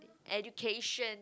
education